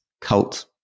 cult